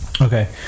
Okay